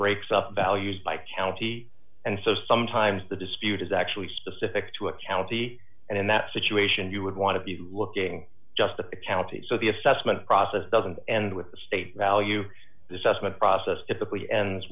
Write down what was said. breaks up values by county and so sometimes the dispute is actually specific to a county and in that situation you would want to be looking just the county so the assessment process doesn't end with the state value this estimate process typically ends